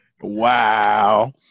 Wow